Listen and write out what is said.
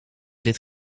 dit